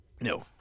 no